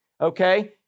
okay